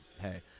hey